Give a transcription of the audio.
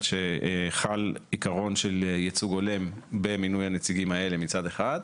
שחל עיקרון של ייצוג הולם במינוי הנציגים האלה מצד אחד.